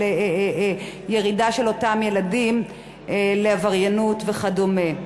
ירידה של אותם ילדים לעבריינות וכדומה.